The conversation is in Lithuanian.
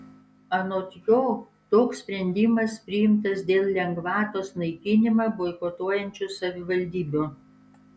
anot jo toks sprendimas priimtas dėl lengvatos naikinimą boikotuojančių savivaldybių